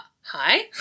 hi